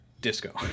disco